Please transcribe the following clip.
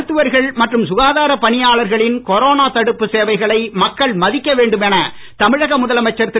மருத்துவர்கள் மற்றும் சுகாதாரப் பணியாளர்களின் கொரோனா தடுப்பு சேவைகளை மக்கள் மதிக்க வேண்டும் என தமிழக ழுதலமைச்சர் திரு